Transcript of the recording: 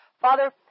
Father